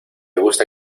gusta